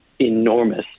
enormous